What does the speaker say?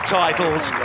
titles